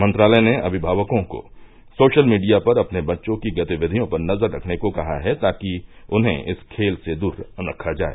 मंत्रालय ने अभिमावकों को सोशल मीडिया पर अपने बच्चों की गतिविधियों पर नजर रखने को कहा है ताकि उन्हें इस खेल से दूर रखा जाए